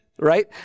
right